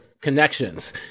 connections